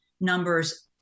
numbers